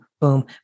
boom